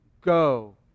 go